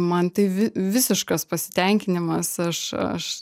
man tai vi visiškas pasitenkinimas aš aš